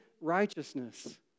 righteousness